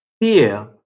fear